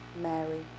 Mary